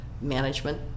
management